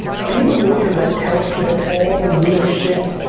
be the lawyer that tells people all the real shit.